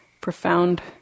profound